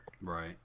Right